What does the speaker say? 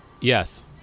Yes